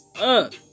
up